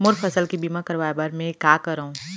मोर फसल के बीमा करवाये बर में का करंव?